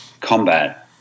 combat